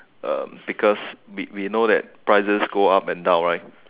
um because we we know that prices go up and down right